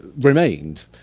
remained